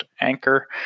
Anchor